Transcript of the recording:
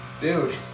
Dude